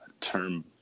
term